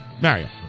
Mario